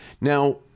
now